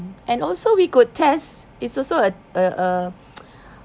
and also we could test it's also a a a